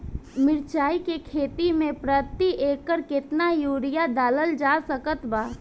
मिरचाई के खेती मे प्रति एकड़ केतना यूरिया डालल जा सकत बा?